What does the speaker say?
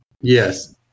Yes